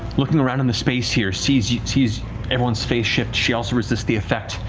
looking around in the space here, sees yeah sees everyone's face shift. she also resists the effect.